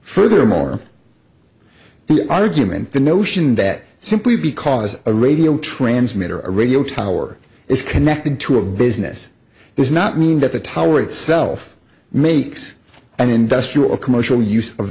furthermore the argument the notion that simply because a radio transmitter a radio tower is connected to a business does not mean that the tower itself makes an industrial commercial use of